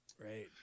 right